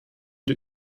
der